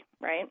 right